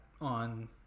on